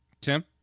Tim